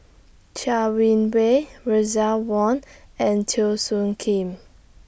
Chai Win Wei Russel Wong and Teo Soon Kim